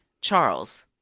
Charles